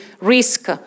risk